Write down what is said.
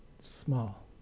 small